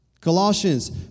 Colossians